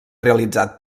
realitzat